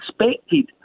expected